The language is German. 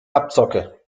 abzocke